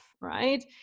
right